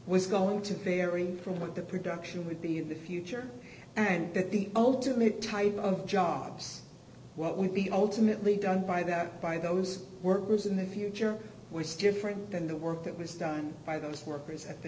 was going to vary from what the production would be in the future and that the ultimate type of jobs what would be ultimately done by that by those workers in the future was different than the work that was done by those workers at the